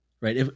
right